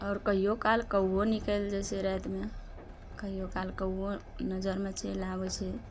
आओर कहियो काल कौओ निकलि जाइ छै रातिमे कहियो काल कौओ नजरमे चलि आबय छै